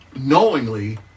knowingly